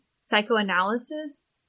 psychoanalysis